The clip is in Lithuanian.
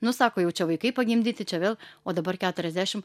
nu sako jau čia vaikai pagimdyti čia vėl o dabar keturiasdešim